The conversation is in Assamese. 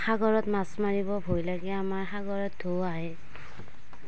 সাগৰত মাছ মাৰিব ভয় লাগে আমাৰ সাগৰত ঢৌ আহে